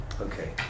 Okay